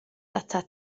atat